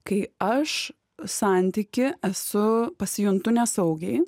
kai aš santyky esu pasijuntu nesaugiai